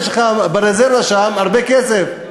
יש לך ברזרבה שם הרבה כסף.